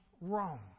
wrong